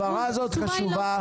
ההבהרה הזאת חשובה.